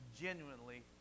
genuinely